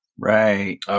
Right